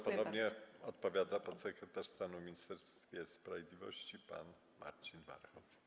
Ponownie odpowiada podsekretarz stanu w Ministerstwie Sprawiedliwości pan Marcin Warchoł.